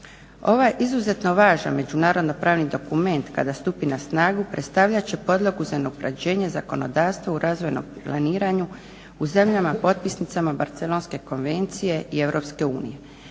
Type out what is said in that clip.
Ovaj izuzetno važan međunarodno pravni dokument kada stupi na snagu predstavljat će podlogu za unapređenje zakonodavstva u razvojnom planiranju u zemljama potpisnicama Barcelonske konvencije i Europske unije.